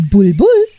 Bulbul